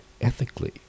ethically